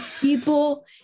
people